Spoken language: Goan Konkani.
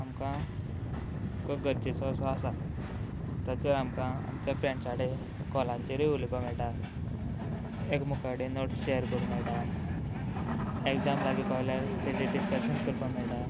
आमकां गरजेचो असो आसा ताचेर आमकां आमच्या फ्रेंड्स कॉलाचेरूय उलयपा मेळटा एकामेका कडेन नोट्स शेयर करूंक मेळटा एग्जाम लागीं पावल्यार ताजेर डिस्कशन करपाक मेळटा